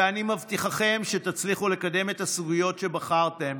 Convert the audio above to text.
ואני מבטיחכם שתצליחו לקדם את הסוגיות שבחרתם